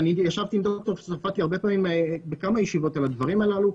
ישבתי עם ד"ר צרפתי הרבה פעמים בכמה ישיבות על הדברים הללו,